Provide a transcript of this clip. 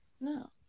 No